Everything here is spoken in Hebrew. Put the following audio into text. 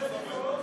תמשיך לדבר.